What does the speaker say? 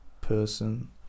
person